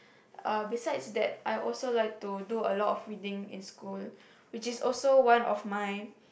uh besides that I also like to do a lot of reading in school which is also one of my